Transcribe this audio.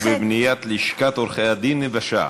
ובבניית לשכת עורכי-הדין ניוושע.